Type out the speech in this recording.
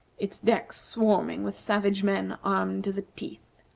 its decks swarming with savage men armed to the teeth.